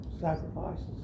sacrifices